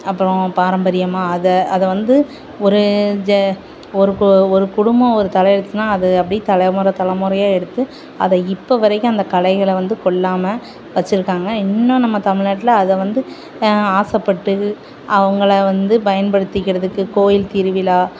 அப்புறம் பாரம்பரியமாக அதை அதை வந்து ஒரு ஜ ஒரு கு ஒரு குடும்பம் ஒரு தலையெடுத்துதுனா அது அப்படி தலைமுற தலைமுறையா எடுத்து அதை இப்போ வரைக்கும் அந்த கலைகளை வந்து கொல்லாமல் வச்சிருக்காங்க இன்னும் நம்ம தமிழ்நாட்டில் அதை வந்து ஆசைப்பட்டு அவங்கள வந்து பயன்படுத்திக்கிறதுக்கு கோவில் திருவிழா